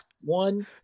one